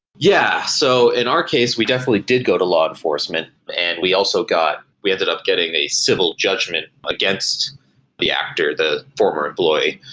yeah. so in our case, we definitely did go to law enforcement and we also got we ended up getting a civil judgment against the actor, the former employee.